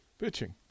pitching